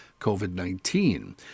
COVID-19